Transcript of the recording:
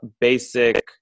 basic